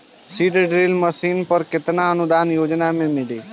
Seed drill machine पर केतना अनुदान योजना में मिली?